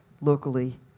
locally